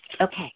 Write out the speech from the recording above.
Okay